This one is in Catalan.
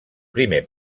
primer